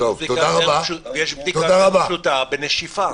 יש בדיקה יותר פשוטה, בנשיפה.